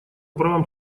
правам